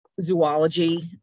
zoology